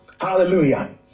Hallelujah